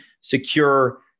secure